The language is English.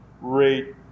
rate